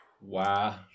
Wow